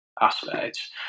aspects